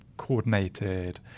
coordinated